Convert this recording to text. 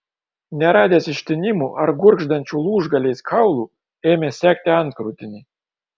neradęs ištinimų ar gurgždančių lūžgaliais kaulų ėmė segti antkrūtinį